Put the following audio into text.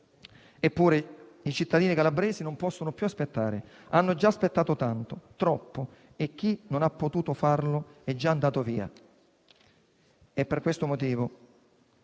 Eppure, i cittadini calabresi non possono più aspettare: hanno già aspettato tanto, troppo, e chi non ha potuto farlo è andato via. Per questo motivo,